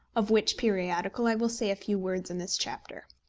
of which periodical i will say a few words in this chapter.